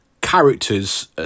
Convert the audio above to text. characters